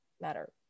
matter